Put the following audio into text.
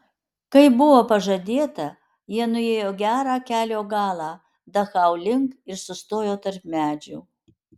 kaip buvo pažadėta jie nuėjo gerą kelio galą dachau link ir sustojo tarp medžių